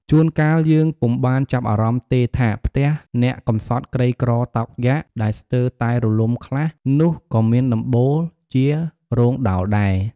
ជួន កាលយើងពុំបានចាប់អារម្មណ៍ទេថា ផ្ទះអ្នកកំសត់ក្រីក្រតោកយ៉ាក ដែលស្ទើរតែរលំខ្លះនោះ ក៏មានដំបូលជារោងដោលដែរ ។